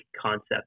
concept